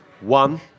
One